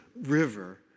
river